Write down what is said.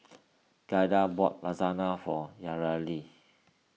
Giada bought Lasagna for Yareli